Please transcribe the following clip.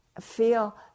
feel